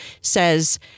says